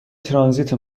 ترانزیت